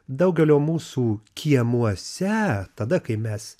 daugelio mūsų kiemuose tada kai mes